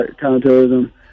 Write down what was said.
counterterrorism